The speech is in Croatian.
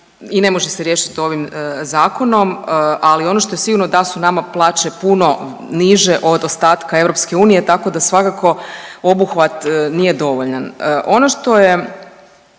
i ne može se riješiti ovim zakonom, ali ono što je sigurno da su nama plaće puno niže od ostatka EU tako da svakako obuhvat nije dovoljan. Ono što je